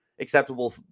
acceptable